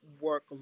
work